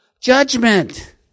judgment